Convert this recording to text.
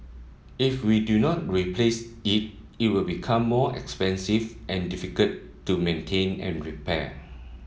if we do not replace it it will become more expensive and difficult to maintain and repair